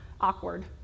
awkward